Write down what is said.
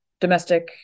domestic